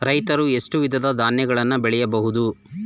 ರೈತರು ಎಷ್ಟು ವಿಧದ ಧಾನ್ಯಗಳನ್ನು ಬೆಳೆಯಬಹುದು?